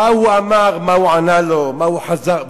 מה הוא אמר, מה הוא ענה לו, מה הוא חזר.